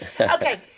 Okay